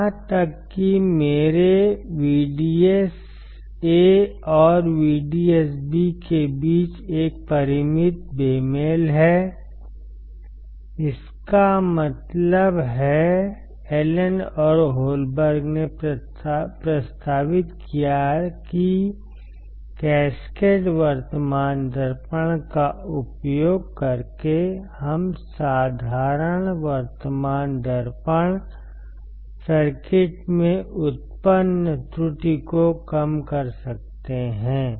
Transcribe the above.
यहां तक कि मेरे VDSA और VDSB के बीच एक परिमित बेमेल है इसका मतलब है एलन और होलबर्ग ने प्रस्तावित किया कि कैस्केड वर्तमान दर्पण का उपयोग करके हम साधारण वर्तमान दर्पण सर्किट में उत्पन्न त्रुटि को कम कर सकते हैं